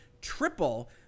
triple